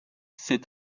c’est